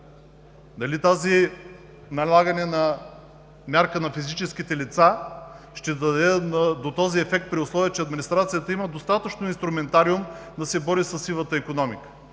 Дали налагането на тази мярка на физическите лица ще доведе до този ефект, при условие че администрацията има достатъчно инструментариум да се бори със сивата икономика?